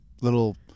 little